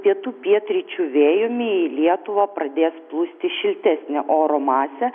pietų pietryčių vėjumi į lietuvą pradės plūsti šiltesnė oro masė